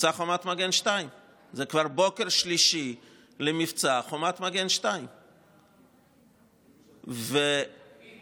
מבצע חומת מגן 2. זה כבר בוקר שלישי למבצע חומת מגן 2. תגיד,